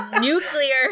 nuclear